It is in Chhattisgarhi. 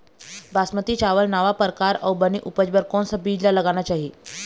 बासमती चावल नावा परकार अऊ बने उपज बर कोन सा बीज ला लगाना चाही?